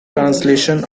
translation